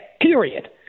period